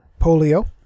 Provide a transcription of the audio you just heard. polio